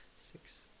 six